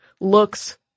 looks